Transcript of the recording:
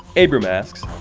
abram asks,